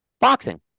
boxing